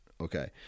Okay